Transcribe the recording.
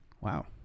wow